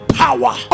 power